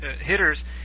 hitters